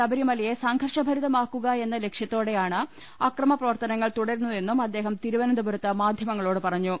ശബരിമലയെ സംഘർഷഭരി തമാക്കുകയെന്ന ലക്ഷ്യത്തോടെയാണ് അക്രമ പ്രവർത്തനങ്ങൾ തുടരു ന്നതെന്നും അദ്ദേഹം തിരുവനന്തപുരത്ത് മാധ്യമങ്ങളോട് പറഞ്ഞു